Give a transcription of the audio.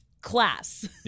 class